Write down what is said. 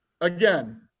again